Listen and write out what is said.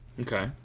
Okay